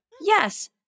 Yes